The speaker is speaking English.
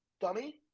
dummy